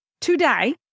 today